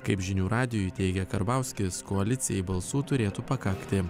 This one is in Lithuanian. kaip žinių radijui teigia karbauskis koalicijai balsų turėtų pakakti